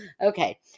Okay